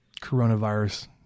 coronavirus